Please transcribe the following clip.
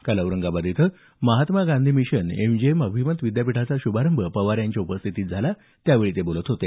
काल औरंगाबाद इथं Mahatma Gandhi mission MGM अभिमत विद्यापीठाचा शुभारंभ पवार यांच्या उपस्थितीत झाला त्यावेळी ते बोलत होते